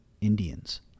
Indians